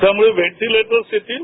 त्यामुळे व्हेंटिलेटर्स येतील